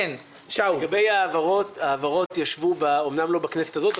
לגבי העברות העברות ישבו אמנם לא בכנסת הזאת,